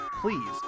Please